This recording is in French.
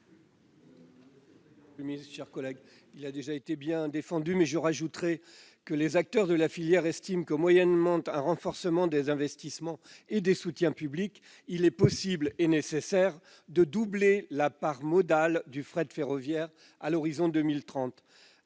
l'amendement n° 588 rectifié. Il a déjà été bien défendu, mais j'ajouterai que les acteurs de la filière estiment que, moyennant un renforcement des investissements et des soutiens publics, il est possible et nécessaire de doubler la part modale du fret ferroviaire à l'horizon 2030.